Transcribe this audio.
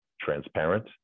transparent